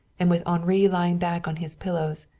and with henri lying back on his pillows,